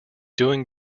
doing